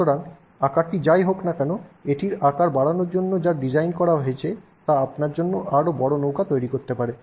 সুতরাং আকারটি যাই হোক না কেন এটির আকার বাড়ানোর জন্য যা ডিজাইন করা হয়েছে তা আপনার জন্য আরও বড় নৌকা তৈরি করতে পারে